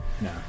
no